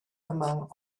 among